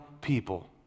people